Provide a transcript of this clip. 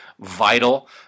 vital